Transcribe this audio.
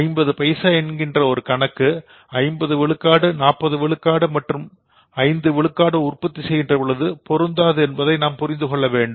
50 பைசா என்கின்ற ஒரு கணக்கு 50 விழுக்காடு 40 விழுக்காடு மற்றும் 5 விழுக்காடு உற்பத்தி செய்கின்ற பொழுது பொருந்தாது என்பதை புரிந்து கொள்ள வேண்டும்